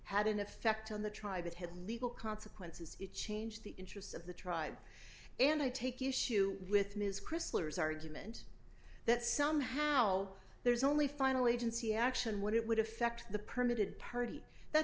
had an effect on the try that had legal consequences it changed the interests of the tribe and i take issue with ms crysler his argument that somehow there's only final agency action when it would affect the permitted party that